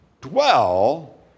dwell